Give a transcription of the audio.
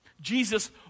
Jesus